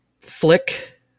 flick